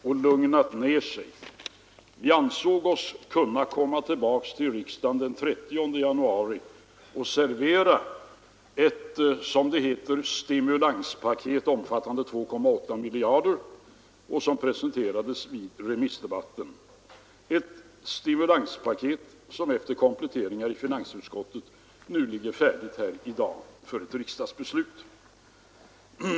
Vi ansåg oss därför kunna komma tillbaka till riksdagen den 30 januari och servera ett som det heter stimulanspaket omfattande 2,8 miljarder. Det stimulanspaketet presenterades i remissdebatten, och efter kompletteringar i finansutskottet ligger det i dag färdigt för riksdagens beslut.